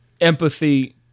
empathy